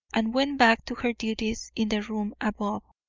and went back to her duties in the room above.